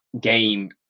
game